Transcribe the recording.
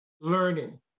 learning